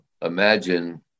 imagine